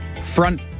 front